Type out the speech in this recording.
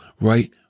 right